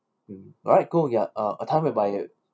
mm alright go ya uh a time whereby